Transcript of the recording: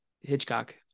Hitchcock